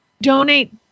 donate